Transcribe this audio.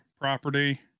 property